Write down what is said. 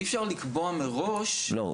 אי אפשר לקבוע מראש --- לא,